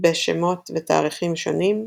בשמת ותאריכים שונים,